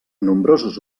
nombrosos